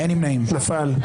נפל.